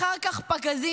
אחר כך פגזים,